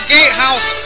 Gatehouse